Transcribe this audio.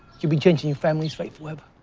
you'd be changing your family's fate forever.